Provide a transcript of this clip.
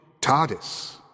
TARDIS